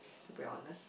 to be honest